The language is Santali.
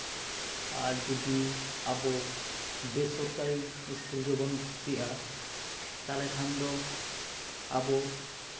ᱟᱨ ᱡᱩᱫᱤ ᱟᱵᱚ ᱵᱮᱥᱚᱨᱠᱟᱨᱤ ᱤᱥᱠᱩᱞ ᱨᱮᱵᱚᱱ ᱵᱷᱚᱛᱛᱤᱜᱼᱟ ᱛᱟᱦᱞᱮ ᱠᱷᱟᱱ ᱫᱚ ᱟᱵᱚ